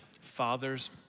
fathers